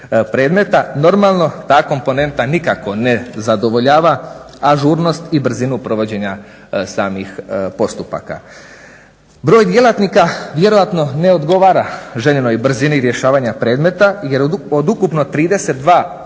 Normalno, ta komponenta nikako ne zadovoljava, a žurnost i brzinu provođenja samih postupaka. Broj djelatnika vjerojatno ne odgovara željenoj brzini rješavanja predmeta jer od ukupno 32